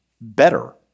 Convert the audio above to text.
better